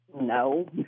No